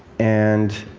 and